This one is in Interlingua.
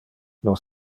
nos